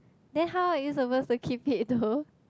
then how are you supposed to keep it though